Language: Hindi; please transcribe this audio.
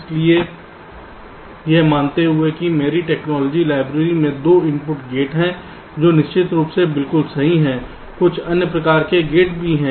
इसलिए यह मानते हुए कि मेरी टेक्नोलॉजी लाइब्रेरी में 2 इनपुट गेट हैं जो निश्चित रूप से बिल्कुल सही हैं कुछ अन्य प्रकार के गेट भी हैं